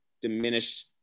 diminish